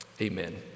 Amen